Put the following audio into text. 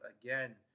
again